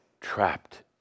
trapped